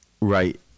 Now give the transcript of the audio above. right